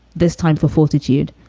this time for fortitude,